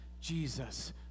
Jesus